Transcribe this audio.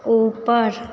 ऊपर